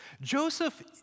Joseph